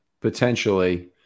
potentially